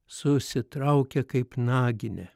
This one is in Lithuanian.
susitraukia kaip naginė